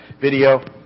video